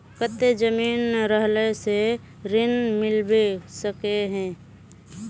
केते जमीन रहला से ऋण मिलबे सके है?